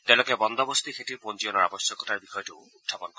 তেওঁলোকে বন্দবস্তী খেতিৰ পঞ্জীয়নৰ আৱশ্যকতাৰ বিষয়টোও উখাপন কৰে